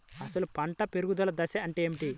అసలు పంట పెరుగుదల దశ అంటే ఏమిటి?